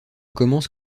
commence